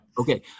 Okay